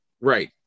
Right